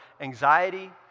anxiety